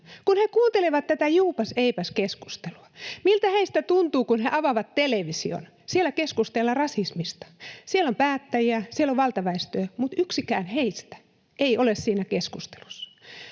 kun he kuuntelevat tätä juupas—eipäs-keskustelua. Miltä heistä tuntuu, kun he avaavat television? Siellä keskustellaan rasismista. Siellä on päättäjiä. Siellä on valtaväestöä, mutta yksikään heistä ei ole siinä keskustelussa.